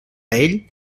ell